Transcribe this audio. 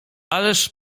ależ